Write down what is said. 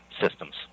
systems